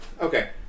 okay